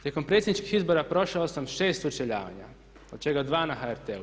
Tijekom predsjedničkih izbora prošao sam 6 sučeljavanja od čega 2 na HRT-u.